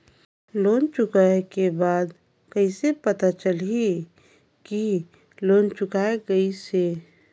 Loan चुकाय के बाद कइसे पता चलही कि लोन चुकाय गिस है?